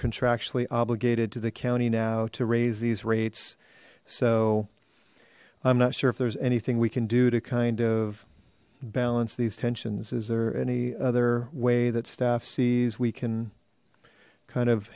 contractually obligated to the county now to raise these rates so i'm not sure if there's anything we can do to kind of balance these tensions is there any other way that staff sees we can kind of